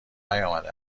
نیامده